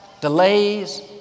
delays